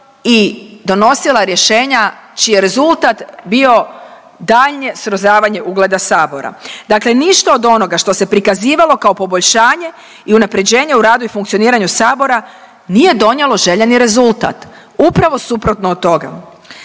i donosila rješenja čiji je rezultat bio daljnje srozavanje ugleda Sabora, dakle ništa od onoga što se prikazivalo kao poboljšanje i unaprjeđenje u radu i funkcioniranju Sabora nije donijelo željeni rezultat. Upravo suprotno od toga.